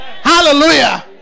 Hallelujah